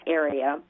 area